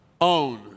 own